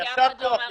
יישר כוח.